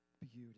beauty